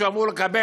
שאמור לקבל,